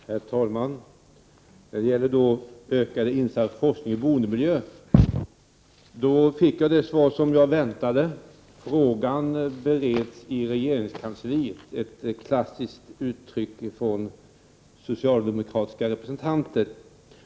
Herr talman! När det gäller den fråga jag ställde om en ökad satsning på forskning och boendemiljö fick jag ett svar som jag väntade. Ärendet beredsi regeringskansliet — ett klassiskt uttryck från socialdemokratiska representanter.